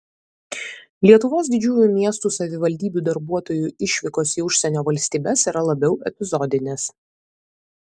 lietuvos didžiųjų miestų savivaldybių darbuotojų išvykos į užsienio valstybes yra labiau epizodinės